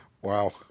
Wow